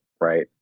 right